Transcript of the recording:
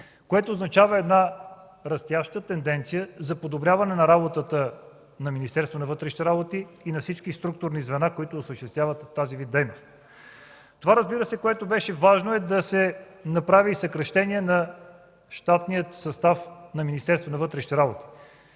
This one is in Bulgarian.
което означава една растяща тенденция за подобряване на работата на Министерството на вътрешните работи и на всички структурни звена, които осъществяват този вид дейност. Това, разбира се, което беше важно, е да се направи съкращение на щатния състав на